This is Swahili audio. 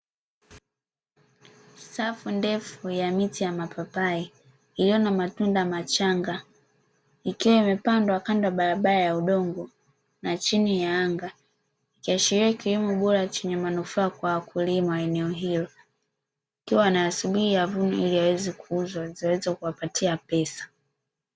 Safu ndefu ya miti ya mapapai iliyo na matunda machanga ikiwa imepandwa kando ya barabara ya udongo na chini ya anga kiashiria ikiwemo bora chenye manufaa kwa wakulima eneo hilo tukiwa nasubiria avune ili aweze kuuzwa ziweze kuwapatia pesa